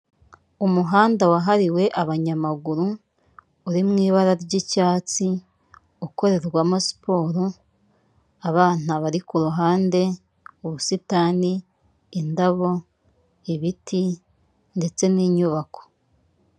Umuhanda wahariwe abanyamaguru uri mu ibara ry'icyatsi ukorerwamo siporo, abana bari ku ruhande, ubusitani, indabo, ibiti ndetse n'inyubako.